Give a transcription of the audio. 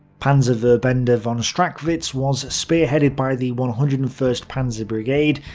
panzerverbande von strachwitz was spearheaded by the one hundred and first panzer brigade,